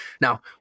Now